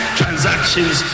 transactions